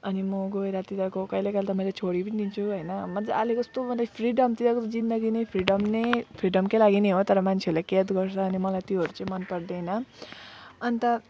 अनि म गएर तिनीहरूको कहिले कहिले त मैले छोडी पनि दिन्छु हैन मजाले कस्तो मतलब फ्रिडम तिनीहरूको जिन्दगी नै फ्रिडम नै फ्रिडमकै लागि नै हो तर मान्छेहरूले कैद गर्छ अनि मलाई त्योहरू चाहिँ मन पर्दैन अनि त